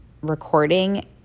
recording